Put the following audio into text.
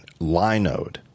Linode